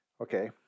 Okay